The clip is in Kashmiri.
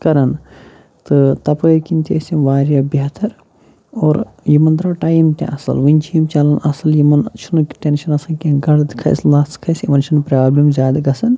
کَران تہٕ تَپٲرۍ کِنۍ تہِ ٲسۍ یِم واریاہ بہتَر اور یِمَن درٛاو ٹایم تہِ اَصٕل وٕنۍ چھِ یِم چَلان اَصل یِمَن چھُنہٕ ٹینشَن آسان کینٛہہ گَردٕ کھَسہِ لَژھ کھَسہِ یِمَن چھَنہٕ پرٛابلِم زیادٕ گَژھان